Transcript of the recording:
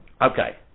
Okay